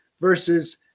versus